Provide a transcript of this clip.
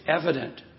evident